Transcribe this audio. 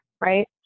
right